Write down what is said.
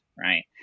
right